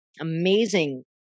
Amazing